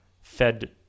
fed